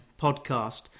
podcast